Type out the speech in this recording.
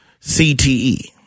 CTE